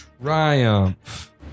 triumph